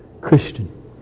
Christian